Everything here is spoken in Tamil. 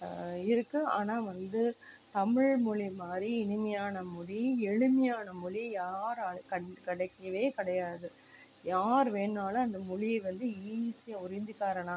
இருக்குது ஆனால் வந்து தமிழ் மொழி மாதிரி இனிமையான மொழி எளிமையான மொழி யாராலும் கண் கிடைக்கவே கிடையாது யார் வேணாலும் அந்த மொழியை வந்து ஈசியாக ஒரு ஹிந்திக்காரனாக